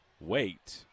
wait